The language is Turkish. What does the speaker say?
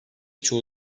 çoğu